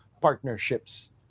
partnerships